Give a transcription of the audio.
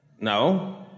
No